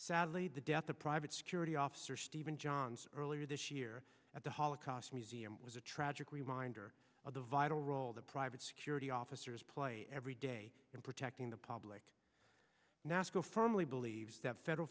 sadly the death of private security officer stephen johns earlier this year at the holocaust museum was a tragic reminder of the vital role the private security officers play every day in protecting the public nasco firmly believes that federal